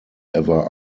ever